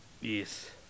Yes